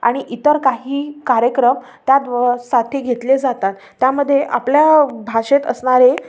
आणि इतर काही कार्यक्रम त्याद्व साठी घेतले जातात त्यामध्ये आपल्या भाषेत असणारे